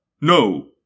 No